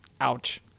Ouch